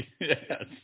Yes